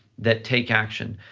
that take action,